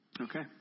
Okay